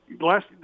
last